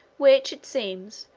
which, it seems,